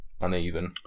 uneven